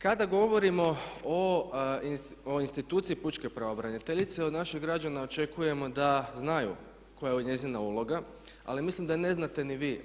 Kada govorimo o instituciji pučke pravobraniteljice od naših građana očekujemo da znaju koja je njezina uloga ali mislim da ne znate ni vi